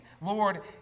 Lord